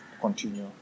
continue